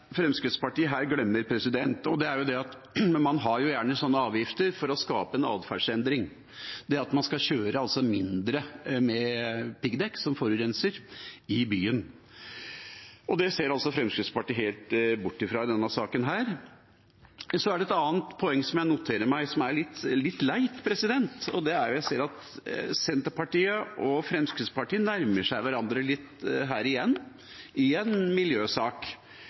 Fremskrittspartiet her glemmer, og det er at man gjerne har sånne avgifter for å skape en atferdsendring, nemlig at man skal kjøre mindre med piggdekk, som forurenser, i byen. Det ser Fremskrittspartiet helt bort fra i denne saken. Et annet poeng jeg noterer meg som er litt leit, er at Senterpartiet og Fremskrittspartiet nærmer seg hverandre litt her igjen – igjen i en miljøsak.